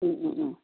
अँ अँ अँ